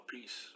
peace